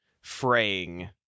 fraying